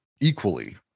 equally